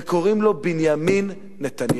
וקוראים לו בנימין נתניהו.